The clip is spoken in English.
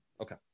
Okay